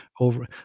over